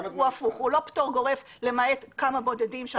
הוא לא פטור גורף למעט כמה בודדים.